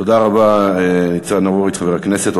תודה רבה, ניצן הורוביץ, חבר הכנסת.